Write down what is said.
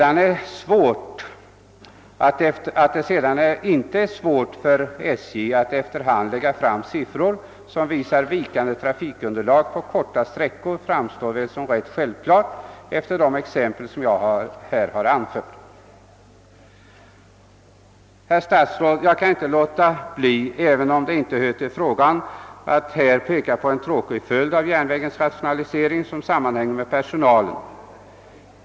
Att det inte är svårt för SJ att efter hand lägga fram siffror som visar vikande trafikunderlag på kortare sträckor framstår väl som ganska självklart efter de exempel jag har anfört. Herr statsråd! Jag kan inte låta bli, även om det inte hör till frågan, att peka på en annan tråkig följd av järnvägens rationalisering som sammanhänger med personalen.